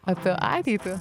apie ateitį